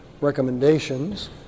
recommendations